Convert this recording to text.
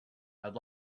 would